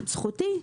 זכותי.